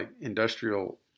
industrial